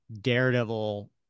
Daredevil